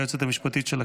היועצת המשפטית של הכנסת,